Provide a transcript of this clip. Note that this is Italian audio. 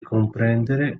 comprendere